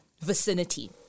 vicinity